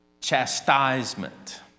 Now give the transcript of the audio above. chastisement